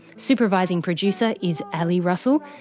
supervising producer is ali russell.